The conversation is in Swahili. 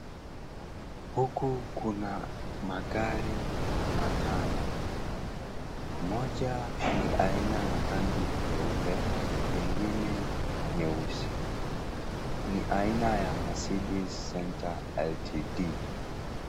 Huku kuna magari matano moja ni aina ya rangi nyeupe mengine nyeusi ni aina ya mercedes center Ltd .